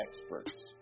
experts